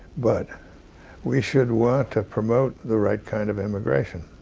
but we should want to promote the right kind of immigration.